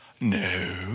No